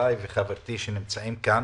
חבריי וחברתי שנמצאים כאן.